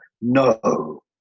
no